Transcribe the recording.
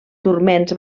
turments